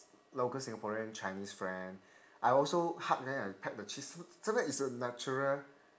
local singaporean chinese friend I also hug them and peck their cheeks sometimes it's a natural